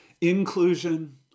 inclusion